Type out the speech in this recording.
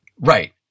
Right